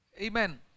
Amen